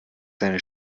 seine